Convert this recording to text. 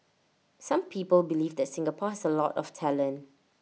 some people believe that Singapore has A lot of talent